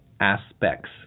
aspects